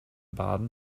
baden